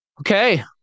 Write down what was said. Okay